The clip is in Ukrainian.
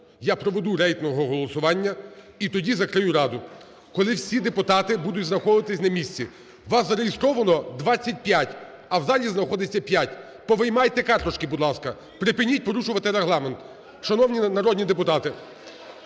я проведу рейтингове голосування і тоді закрию Раду. Коли всі депутати будуть знаходитись на місці. У вас зареєстровано 25, а в залі знаходяться 5. Повиймайте карточки, будь ласка, припиніть порушувати Регламент! Шановні народні депутати,